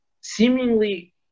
seemingly